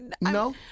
No